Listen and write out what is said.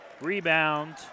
Rebound